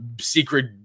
secret